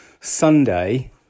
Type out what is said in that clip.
Sunday